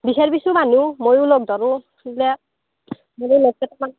বিচাৰিবিচোন মানুহ মইও লগ ধৰোঁ